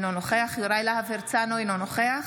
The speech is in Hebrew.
אינו נוכח יוראי להב הרצנו, אינו נוכח